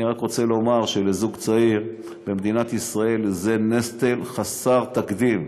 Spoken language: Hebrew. אני רק רוצה לומר שלזוג צעיר במדינת ישראל זה נטל חסר תקדים.